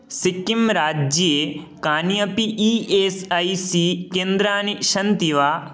सिक्किंराज्ये कानि अपि E S I C केन्द्राणि सन्ति वा